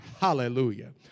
Hallelujah